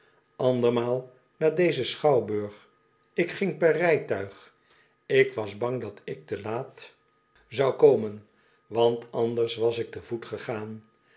andermaal naar dezen schouwburg ik ging per rijtuig ik was bang dat ik te laat zou komen want anders was ik te voet gegaan